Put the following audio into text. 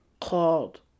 called